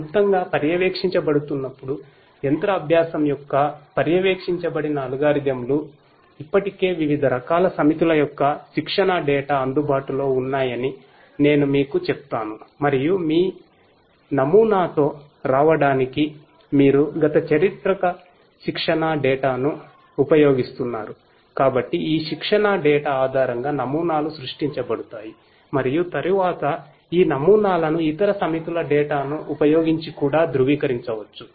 క్లుప్తంగా పర్యవేక్షించబడుతున్నప్పుడు యంత్ర అభ్యాసం యొక్క పర్యవేక్షించబడిన అల్గోరిథంలు ఇప్పటికే వివిధ రకాల సమితుల యొక్క శిక్షణా డేటా నుఉపయోగించి కూడా ధృవీకరించవచ్చు